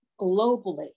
globally